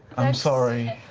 i'm sorry.